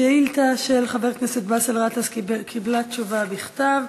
שאילתה של חבר הכנסת באסל גטאס קיבלה תשובה בכתב,